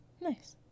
Nice